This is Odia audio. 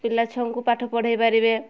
ପିଲା ଛୁଆଙ୍କୁ ପାଠ ପଢ଼ାଇ ପାରିବେ